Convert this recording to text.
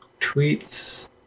tweets